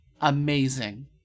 Amazing